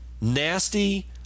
nasty